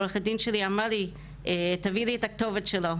עורכת הדין שי אמרה לי תביאי את הכתובת שלי,